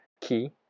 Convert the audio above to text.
key